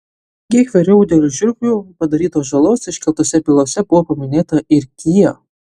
kiek vėliau dėl žiurkių padarytos žalos iškeltose bylose buvo paminėta ir kia